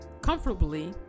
comfortably